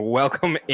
welcome